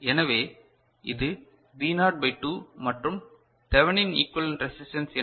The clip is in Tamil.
எனவே இது V நாட் பை 2 மற்றும் தெவெனின் ஈகிவலென்ட் ரெசிஸ்டன்ஸ் என்ன